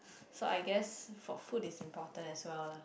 so I guess for food is important as well lah